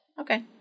Okay